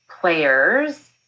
players